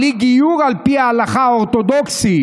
בלי גיור על פי ההלכה האורתודוקסית